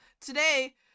today